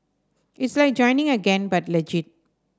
it's like joining a gang but legit